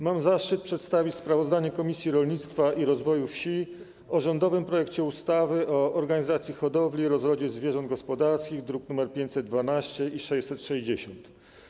Mam zaszczyt przedstawić sprawozdanie Komisji Rolnictwa i Rozwoju Wsi o rządowym projekcie ustawy o organizacji hodowli i rozrodzie zwierząt gospodarskich, druki nr 512 i 660.